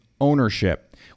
ownership